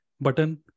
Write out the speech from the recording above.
Button